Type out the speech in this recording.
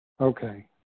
Okay